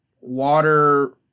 water